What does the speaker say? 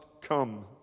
come